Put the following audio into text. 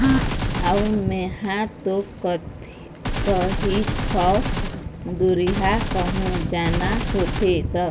अऊ मेंहा तो कहिथँव दुरिहा कहूँ जाना होथे त